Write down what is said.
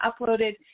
uploaded